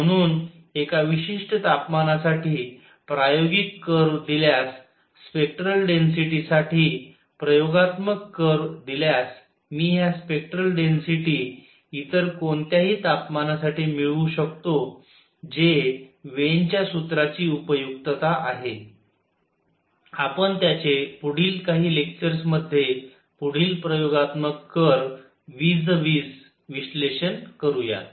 म्हणून एका विशिष्ट तापमानासाठी प्रायोगिक कर्व दिल्यास स्पेक्टरल डेन्सिटीसाठी प्रयोगात्मक कर्व दिल्यास मी ह्या स्पेक्टरल डेन्सिटी इतर कोणत्याही तपमानासाठी मिळवू शकतो जे वेन च्या सूत्राची उपयुक्तता आहे आपण त्याचे पुढील काही लेक्चर्स मध्ये पुढील प्रयोगात्मक कर्व वीज अ वि विश्लेषण करूयात